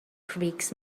creaks